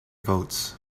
votes